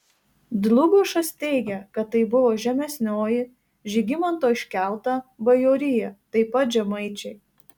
dlugošas teigia kad tai buvo žemesnioji žygimanto iškelta bajorija taip pat žemaičiai